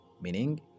Meaning